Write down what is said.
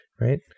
Right